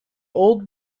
old